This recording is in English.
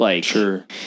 Sure